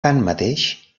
tanmateix